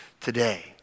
today